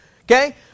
Okay